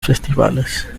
festivales